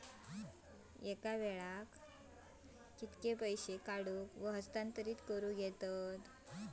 एका वेळाक कित्के पैसे काढूक व हस्तांतरित करूक येतत?